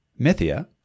Mythia